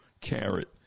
carrot